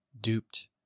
duped